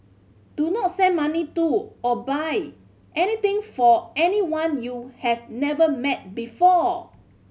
do not send money to or buy anything for anyone you have never met before